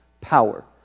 power